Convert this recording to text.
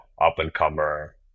up-and-comer